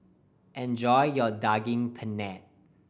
enjoy your Daging Penyet